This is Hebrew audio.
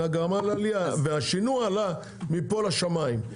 גרמה לעלייה והשינוע עלה מפה לשמים.